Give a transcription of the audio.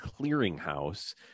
Clearinghouse